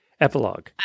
Epilogue